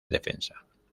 defensa